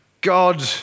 God